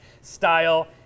style